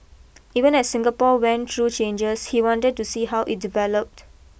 even as Singapore went through changes he wanted to see how it developed